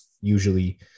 Usually